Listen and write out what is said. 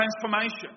transformation